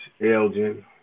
Elgin